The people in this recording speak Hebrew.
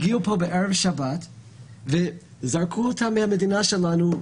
הגיעו לפה בערב שבת וזרקו אותם מהמדינה שלנו,